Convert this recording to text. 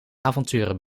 avonturen